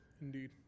indeed